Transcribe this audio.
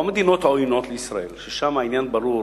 לא מדינות עוינות לישראל ששם העניין ברור,